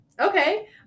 okay